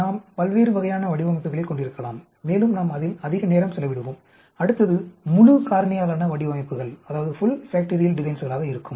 நாம் பல்வேறு வகையான வடிவமைப்புகளைக் கொண்டிருக்கலாம் மேலும் நாம் அதில் அதிக நேரம் செலவிடுவோம் அடுத்தது முழு காரணியாலான வடிவமைப்புகளாக இருக்கும்